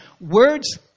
words